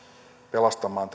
pelastamaan